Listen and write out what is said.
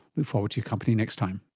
look forward to your company next time